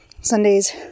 Sundays